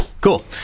cool